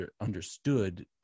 understood